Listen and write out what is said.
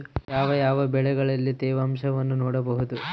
ಯಾವ ಯಾವ ಬೆಳೆಗಳಲ್ಲಿ ತೇವಾಂಶವನ್ನು ನೋಡಬಹುದು?